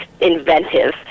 inventive